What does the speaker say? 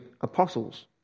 apostles